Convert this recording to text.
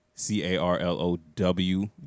C-A-R-L-O-W